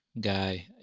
guy